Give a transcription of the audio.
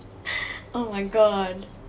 oh my god